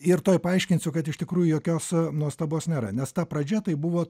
ir tuoj paaiškinsiu kad iš tikrųjų jokios nuostabos nėra nes ta pradžia tai buvo